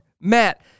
Matt